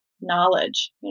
knowledge